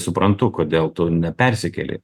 suprantu kodėl tu nepersikėlei